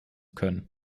können